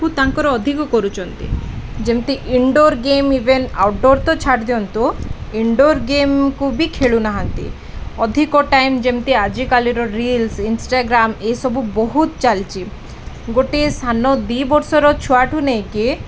କୁ ତାଙ୍କର ଅଧିକ କରୁଛନ୍ତି ଯେମିତି ଇନଡୋର ଗେମ୍ ଇଭେନ୍ ଆଉଟ୍ଡୋର ତ ଛାଡ଼ି ଦିଅନ୍ତୁ ଇନଡୋର ଗେମ୍କୁ ବି ଖେଳୁନାହାନ୍ତି ଅଧିକ ଟାଇମ୍ ଯେମିତି ଆଜିକାଲିର ରିଲ୍ସ ଇନଷ୍ଟାଗ୍ରାମ୍ ଏସବୁ ବହୁତ ଚାଲିଛି ଗୋଟିଏ ସାନ ଦୁଇ ବର୍ଷର ଛୁଆଠୁ ନେଇକି